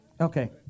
Okay